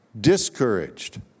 discouraged